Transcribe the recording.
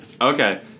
Okay